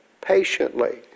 patiently